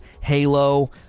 Halo